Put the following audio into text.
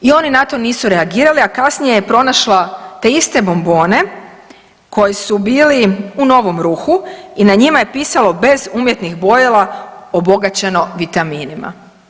I oni na to nisu reagirali, a kasnije je pronašla te iste bombone koji su bili u novom ruhu i na njima je pisalo bez umjetnih bojila obogaćeno vitaminima.